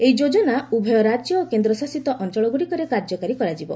ଏହି ଯୋଜନା ଉଭୟ ରାଜ୍ୟ ଓ କେନ୍ଦ୍ରଶାସିତ ଅଞ୍ଚଳଗୁଡ଼ିକରେ କାର୍ଯ୍ୟକାରୀ କରାଯିବ